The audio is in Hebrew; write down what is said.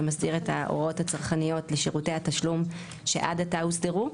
שמסדיר את ההוראות הצרכניות לשירותי התשלום שעד עתה הוסדרו.